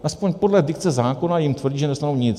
Aspoň podle dikce zákona jim tvrdí, že nedostanou nic.